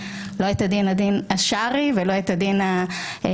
לא את הדין השרעי ולא את הדין הרבני,